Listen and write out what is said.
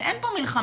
ואין פה מלחמה.